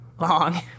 Long